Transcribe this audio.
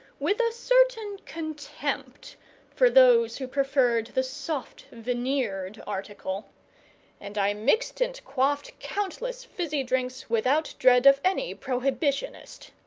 with a certain contempt for those who preferred the soft, veneered article and i mixed and quaffed countless fizzy drinks without dread of any prohibitionist.